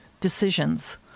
decisions